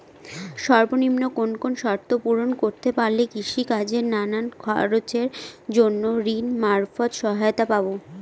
সর্বনিম্ন কোন কোন শর্ত পূরণ করতে পারলে কৃষিকাজের নানান খরচের জন্য ঋণ মারফত সহায়তা পাব?